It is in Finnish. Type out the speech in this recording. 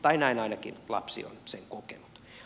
tai näin ainakin lapsi on sen kokenut